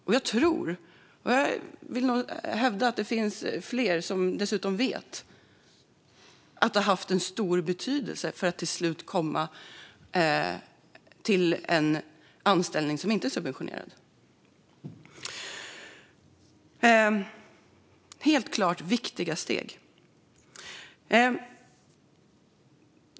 Och jag tror, och jag vill nog hävda att det finns fler som dessutom vet, att detta har haft en stor betydelse för att till slut komma till en anställning som inte är subventionerad. Det är helt klart viktiga steg.